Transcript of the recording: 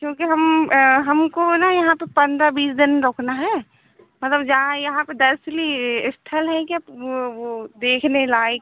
क्योंकि हम हमको ना यहाँ पर पन्द्रह बीस दिन रुकना है मतलब जहाँ यहाँ पर दर्शनीय इस्थल हैं क्या वो वो देखने लायक